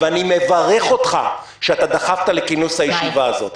ואני מברך אותך שדחפת לכינוס הישיבה הזאת,